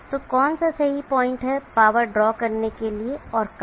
और कौन सा सही पॉइंट है पावर ड्रॉ करने के लिए और कब